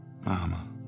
Mama